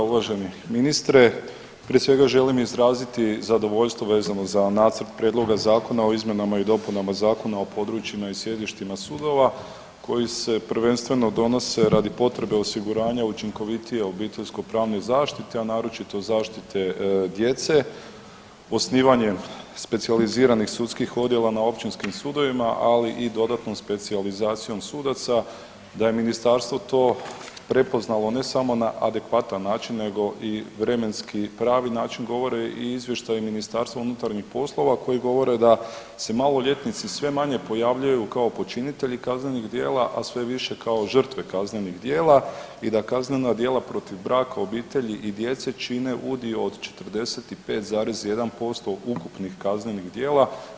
Uvaženi ministre prije svega želim izraziti zadovoljstvo vezano za Nacrt prijedloga zakona o izmjenama i dopunama Zakona o područjima i sjedištima sudova koji se prvenstveno donose radi potrebe osiguranja učinkovitije obiteljsko-pravne zaštite, a naročito zaštite djece osnivanjem specijaliziranih sudskih odjela na općinskim sudovima, ali i dodatnom specijalizacijom sudaca da je Ministarstvo to prepoznalo ne samo na adekvatan način, nego i vremenski pravi način govore i izvještaji Ministarstava unutarnjih poslova koji govore da se maloljetnici sve manje pojavljuju kao počinitelji kaznenih djela, a sve više kao žrtve kaznenih djela i da kaznena djela protiv braka, obitelji i djece čine udio od 45,1% ukupnih kaznenih djela.